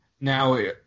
Now